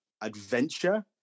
adventure